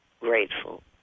grateful